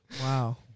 Wow